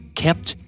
kept